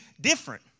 different